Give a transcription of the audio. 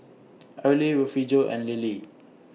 Erle Refugio and Lilie